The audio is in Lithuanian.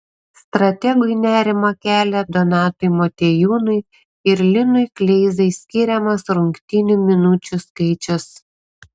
strategui nerimą kelia donatui motiejūnui ir linui kleizai skiriamas rungtynių minučių skaičius